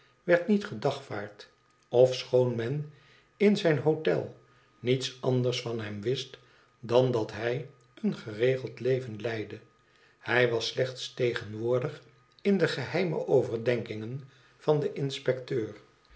werd niet gedagvaard ochoon men in zijn hotel niets anders van hem wist dan dat hij een geregeld leven leidde hij was slechts tegenwoordig in de geheime overdenkingen van den inspecteur